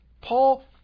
Paul